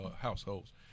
households